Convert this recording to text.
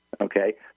Okay